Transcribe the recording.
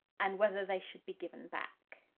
and whether they should be given back.